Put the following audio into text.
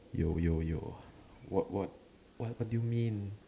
yo yo yo what what what do you mean